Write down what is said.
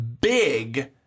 big